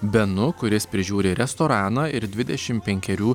benu kuris prižiūri restoraną ir dvidešim penkerių